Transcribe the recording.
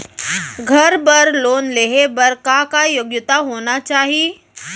घर बर लोन लेहे बर का का योग्यता होना चाही?